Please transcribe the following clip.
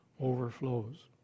overflows